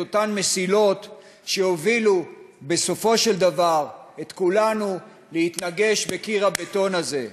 את אותן מסילות שיובילו בסופו של דבר את כולנו להתנגש בקיר הבטון הזה,